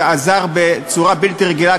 שעזר בצורה בלתי רגילה,